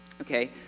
okay